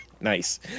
Nice